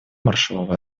маршалловы